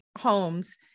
homes